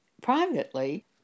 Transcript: privately